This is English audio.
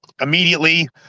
immediately